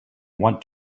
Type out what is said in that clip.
want